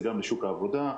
זה גם לשוק העבודה,